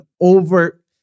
over